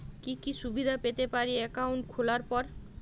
কি কি সুবিধে পেতে পারি একাউন্ট খোলার পর?